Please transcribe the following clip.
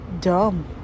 dumb